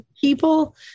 people